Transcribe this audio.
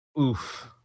oof